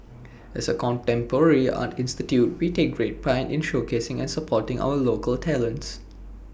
as A contemporary art institution we take great pride in showcasing and supporting our local talents